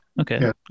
okay